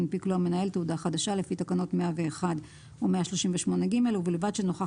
ינפיק לו המנהל תעודה חדשה לפי תקנות 101 או 138(ג) ובלבד שנוכח